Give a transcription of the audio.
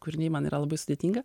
kūriniai man yra labai sudėtinga